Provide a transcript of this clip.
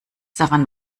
daran